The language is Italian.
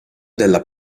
della